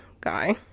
guy